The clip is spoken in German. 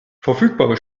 verfügbare